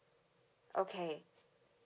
okay